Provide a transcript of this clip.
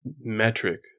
metric